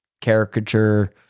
caricature